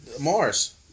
Mars